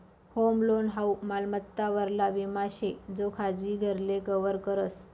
home loan हाऊ मालमत्ता वरला विमा शे जो खाजगी घरले कव्हर करस